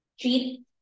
treat